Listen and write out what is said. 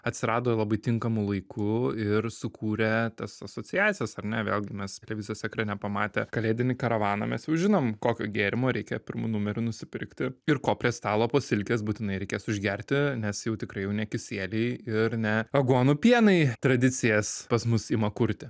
atsirado labai tinkamu laiku ir sukūrė tas asociacijas ar ne vėlgi mes televizijos ekrane pamatę kalėdinį karavaną mes jau žinom kokio gėrimo reikia pirmu numeriu nusipirkti ir ko prie stalo po silkės būtinai reikės užgerti nes jau tikrai jau ne kisieliai ir ne aguonų pienai tradicijas pas mus ima kurti